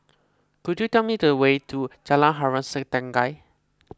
could you tell me the way to Jalan Harom Setangkai